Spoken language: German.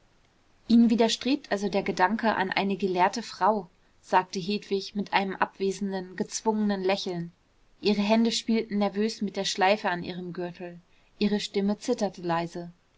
ihnen widerstrebt also der gedanke an eine gelehrte frau sagte hedwig mit einem abwesenden gezwungenen lächeln ihre hände spielten nervös mit der schleife an ihrem gürtel ihre stimme zitterte leise